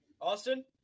Austin